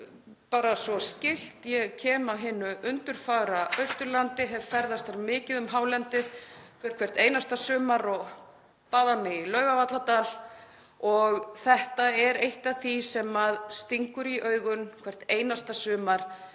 bara svo skylt. Ég kem af hinu undurfagra Austurlandi, hef ferðast þar mikið um hálendið, fer hvert einasta sumar og baða mig í Laugavalladal og þetta er eitt af því sem stingur í augun hvert einasta sumar,